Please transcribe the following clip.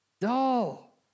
Dull